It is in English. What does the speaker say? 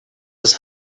was